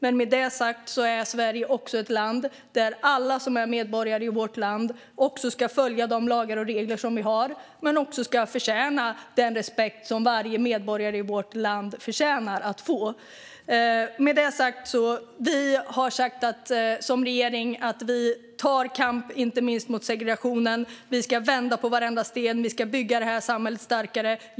Men med det sagt är Sverige ett land där alla som är medborgare ska följa de lagar och regler vi har men också få den respekt som varje medborgare i vårt land förtjänar att få. Vi har sagt som regering att vi tar kampen mot inte minst segregationen. Vi ska vända på varenda sten, och vi ska bygga det här samhället starkare.